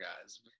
guys